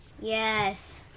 Yes